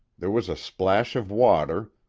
there was a splash of water,